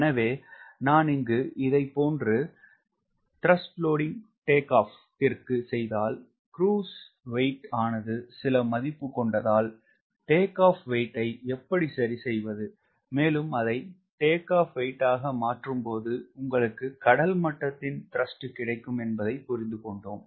எனவே நான் இங்கு இதேபோன்று கிற்கு செய்தால் Wcruise ஆனது சில மதிப்பு கொண்டதால் WTO ஐ எப்படி சரி செய்வது மேலும் அதை W takeoff ஆக மாற்றும் போது உங்களுக்கு கடல்மட்டத்தின் த்ரஸ்ட் கிடைக்கும் என்பதை புரிந்து கொண்டோம்